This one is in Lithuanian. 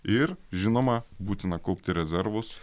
ir žinoma būtina kaupti rezervus